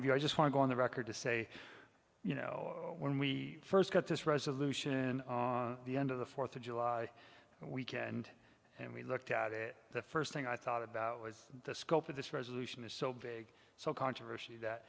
you i just want to go on the record to say you know when we first got this resolution in the end of the fourth of july weekend and we looked at it the first thing i thought about was the scope of this resolution is so big so controversially that